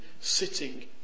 sitting